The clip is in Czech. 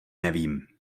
nevím